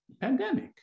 pandemic